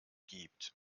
gibt